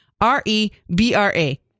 R-E-B-R-A